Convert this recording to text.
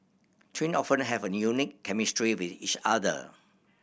twin often have a unique chemistry with each other